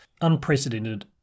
unprecedented